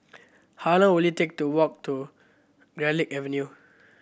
how long will it take to walk to Garlick Avenue